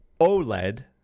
OLED